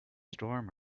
storm